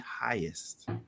highest